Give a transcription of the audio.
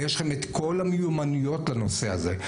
ויש לכם את כל המיומנויות לנושא הזה.